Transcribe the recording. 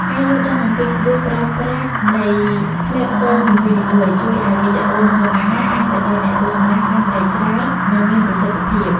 ការយល់ដឹងអំពីក្បួនប្រើប្រាស់នៃផ្លេតហ្វមនីមួយៗ ជួយឱ្យវីដេអូម្ហូបអាហារអាចទៅដល់អ្នកទស្សនាបានកាន់តែច្រើន និងមានប្រសិទ្ធភាព។